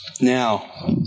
Now